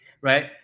right